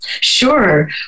sure